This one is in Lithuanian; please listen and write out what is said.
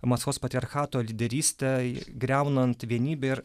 maskvos patriarchato lyderystę griaunant vienybę ir